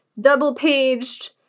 double-paged